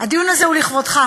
הדיון הזה הוא לכבודך.